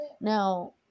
Now